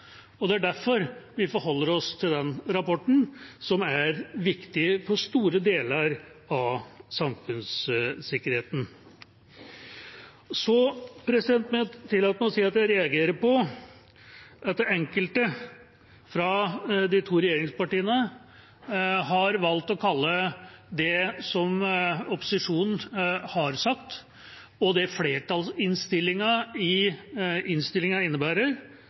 og det er derfor vi forholder oss til den rapporten, som er viktig for store deler av samfunnssikkerheten. Så må jeg tillate meg å si at jeg reagerer på at enkelte fra to av regjeringspartiene har valgt å kalle det opposisjonen har sagt, og det